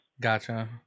gotcha